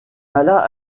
alla